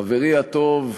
חברי הטוב,